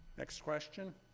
next question.